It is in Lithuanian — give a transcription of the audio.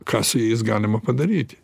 ką su jais galima padaryti